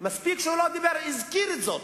מספיק שהוא לא הזכיר את זה.